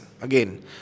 Again